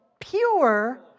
pure